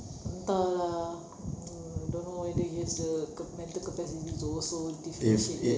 entah lah don't know whether he has the cap~ mental capacity to differentiate that